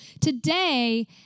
today